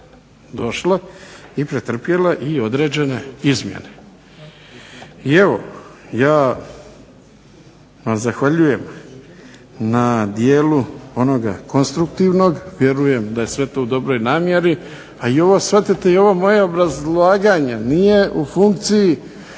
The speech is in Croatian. došla i pretrpjela i određene izmjene. I evo, ja vam zahvaljujem na dijelu onoga konstruktivnog. Vjerujem da je sve to u dobroj namjeri, a shvatite i ovo moje obrazlaganje nije u funkciji